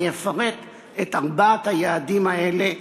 אני אפרט את ארבעת היעדים האלה,